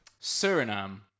Suriname